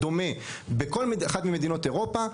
דומה בכל אחת ממדינות אירופה,